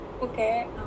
Okay